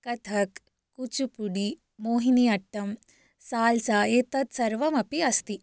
Kathak Kuchipudi Mohini Attam salsa एतत् सर्वमपि अस्ति